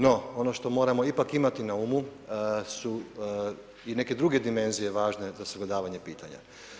No, ono što moramo ipak imati na umu su i neke druge dimenzije važne za sagledavanje pitanja.